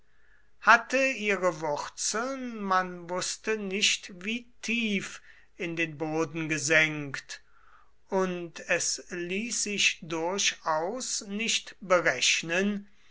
hatte ihre wurzeln man wußte nicht wie tief in den boden gesenkt und es ließ sich durchaus nicht berechnen